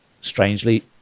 strangely